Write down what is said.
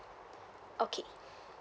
okay